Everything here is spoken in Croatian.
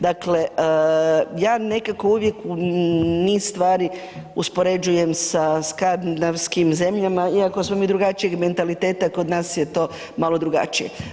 Dakle ja nekako uvijek u niz stvari uspoređujem sa skandinavskim zemljama iako smo mi drugačijeg mentaliteta, kod nas je to malo drugačije.